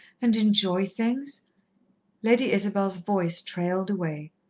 and enjoy things lady isabel's voice trailed away.